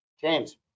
James